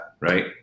Right